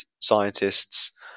scientists